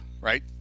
right